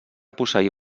posseir